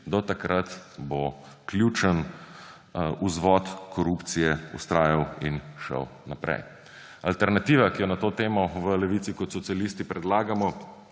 do takrat bo ključen vzvod korupcije vztrajal in šel naprej. Alternativa, ki jo na to temo v Levici kot socialisti predlagamo,